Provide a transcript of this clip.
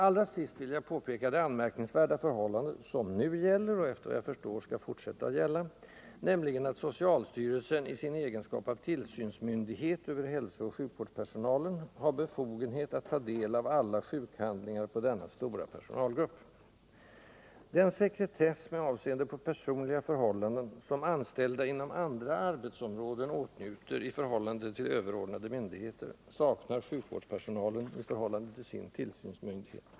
Allra sist vill jag påpeka det anmärkningsvärda förhållande som nu gäller och efter vad jag förstår skall fortsätta att gälla, nämligen att socialstyrelsen i sin egenskap av tillsynsmyndighet över hälsooch sjukvårdspersonalen har befogenhet att ta del av alla sjukhandlingar på denna stora personalgrupp. Den sekretess, med avseende på personliga förhållanden, som anställda inom andra arbetsområden åtnjuter i förhållande till överordnade myndigheter, saknar sjukvårdspersonalen i förhållande till sin tillsynsmyndighet.